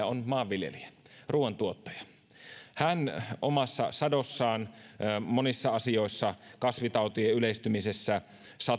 on maanviljelijä ruuantuottaja hän omassa sadossaan monissa asioissa kasvitautien yleistymisessä